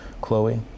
Chloe